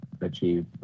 achieve